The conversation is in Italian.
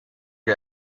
che